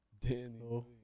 Danny